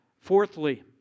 Fourthly